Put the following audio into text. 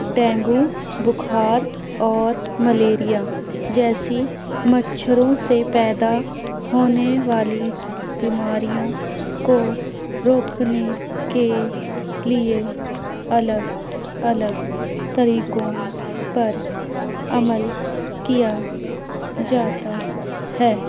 dengue بخار اور malaria جیسی مچھروں سے پیدا ہونے والی بیماریوں کو روکنے کے لیے الگ الگ طریقوں پر عمل کیا جاتا ہے